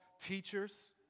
teachers